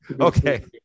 Okay